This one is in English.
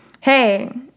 hey